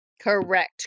Correct